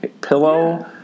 Pillow